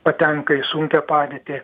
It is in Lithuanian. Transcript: patenka į sunkią padėtį